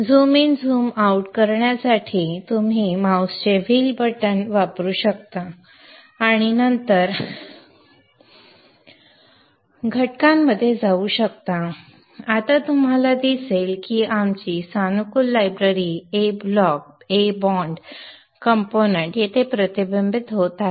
zoom in zoom out करण्यासाठी आपण माऊसचे व्हील बटण वापरू शकता आणि नंतर घटकांमध्ये जाऊ शकता आता तुम्हाला दिसेल की सानुकूल library A block A bond घटक येथे प्रतिबिंबित होत आहेत